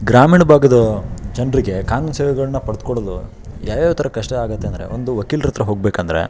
ಗ್ರಾಮೀಣ ಭಾಗದ ಜನರಿಗೆ ಕಾನೂನು ಸೇವೆಗಳನ್ನ ಪಡ್ದ್ಕೊಳ್ಳಲು ಯಾವ್ಯಾವ ಥರ ಕಷ್ಟ ಆಗುತ್ತೆ ಅಂದರೆ ಒಂದು ವಕೀಲ್ರ ಹತ್ರ ಹೋಗಬೇಕೆಂದ್ರೆ